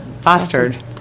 fostered